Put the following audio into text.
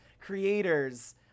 creators